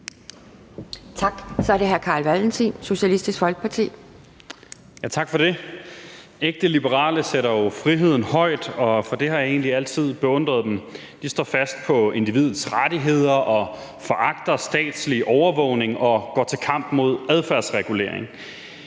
Tak. Så er det hr. Carl Valentin, Socialistisk Folkeparti. Kl. 17:45 Carl Valentin (SF): Tak for det. Ægte liberale sætter jo friheden højt, og det har jeg egentlig altid beundret dem for. De står fast på individets rettigheder, foragter statslig overvågning og går til kamp mod adfærdsregulering.